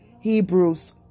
Hebrews